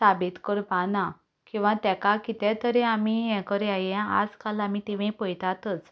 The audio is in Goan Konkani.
साबीत करपा ना किंवा ताका कितेंय तरी आमी ये करया हें आज काल आमी टिवी पळयतातूच